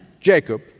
Jacob